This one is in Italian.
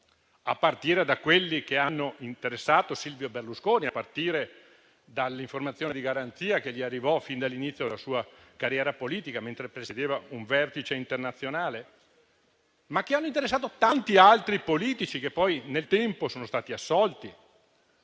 a partire da quelli che hanno interessato Silvio Berlusconi e dall'informazione sull'avviso di garanzia che gli arrivò all'inizio della sua carriera politica, mentre presiedeva un vertice internazionale, che hanno interessato però tanti altri politici che poi nel tempo sono stati assolti,